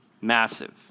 massive